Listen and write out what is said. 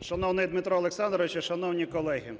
Шановний Дмитро Олександрович, шановні колеги!